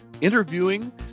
interviewing